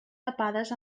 tapades